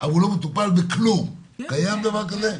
אבל הוא לא מטופל בכלום קיים דבר כזה?